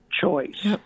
choice